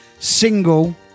Single